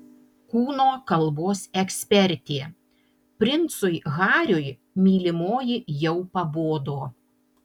kūno kalbos ekspertė princui hariui mylimoji jau pabodo